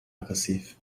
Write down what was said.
aggressiv